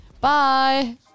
Bye